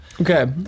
Okay